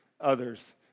others